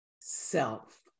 self